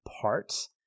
parts